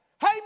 Hey